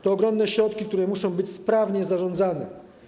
To ogromne środki, które muszą być sprawnie zarządzane.